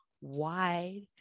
wide